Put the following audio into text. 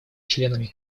членами